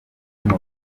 bintu